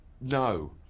no